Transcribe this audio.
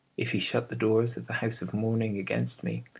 if he shut the doors of the house of mourning against me,